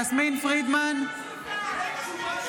הייעוץ המשפטי ------ חברים,